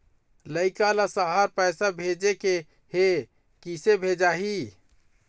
लइका ला शहर पैसा भेजें के हे, किसे भेजाही